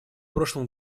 прошлом